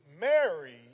Mary